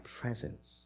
presence